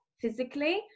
physically